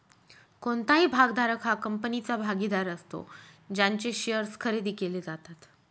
कोणताही भागधारक हा कंपनीचा भागीदार असतो ज्यांचे शेअर्स खरेदी केले जातात